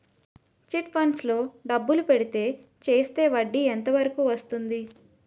Chit funds లో డబ్బులు పెడితే చేస్తే వడ్డీ ఎంత వరకు వస్తుంది?